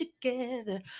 together